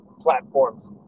platforms